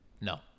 No